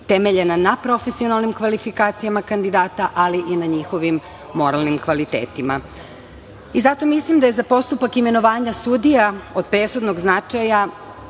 temeljena na profesionalnim kvalifikacijama kandidata, ali i na njihovim moralnim kvalitetima. Zato mislim da je za postupak imenovanja sudija od presudnog značaja.